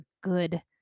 good